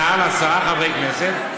מעל עשרה חברי כנסת.